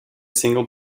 single